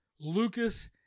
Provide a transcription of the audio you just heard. Lucas